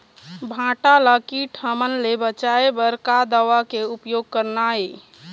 भांटा ला कीट हमन ले बचाए बर का दवा के उपयोग करना ये?